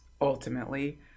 ultimately